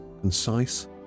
concise